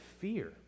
fear